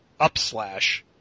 upslash